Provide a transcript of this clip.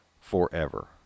forever